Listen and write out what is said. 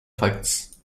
facts